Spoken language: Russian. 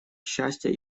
счастья